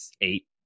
eight